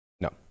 no